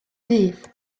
dydd